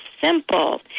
simple